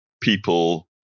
people